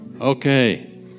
Okay